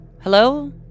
Hello